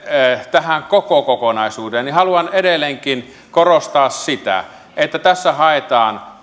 tähän koko kokonaisuuteen niin haluan edelleenkin korostaa sitä että tässä haetaan